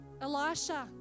Elisha